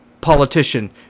politician